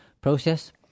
process